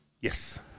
Yes